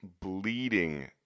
bleeding